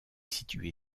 située